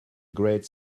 great